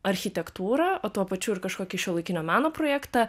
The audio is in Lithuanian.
architektūrą o tuo pačiu ir kažkokį šiuolaikinio meno projektą